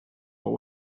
what